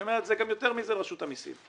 אני אומר גם יותר לרשות המיסים.